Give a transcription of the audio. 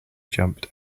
jumped